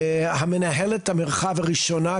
המנהלת המרחב הראשונה,